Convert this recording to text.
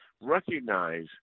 recognize